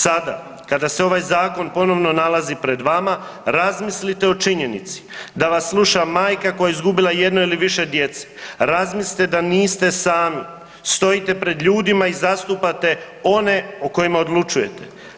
Sada kada se ovaj zakon ponovno nalazi pred vama razmislite o činjenici da vas sluša majka koja je izgubila jedno ili više djece, razmislite da niste sami, stojite pred ljudima i zastupate one o kojima odlučujete.